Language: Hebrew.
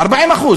40%,